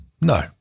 no